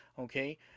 Okay